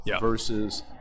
versus